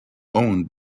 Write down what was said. owned